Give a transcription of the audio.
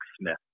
Smith